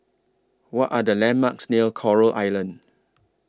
What Are The landmarks near Coral Island